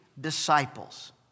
disciples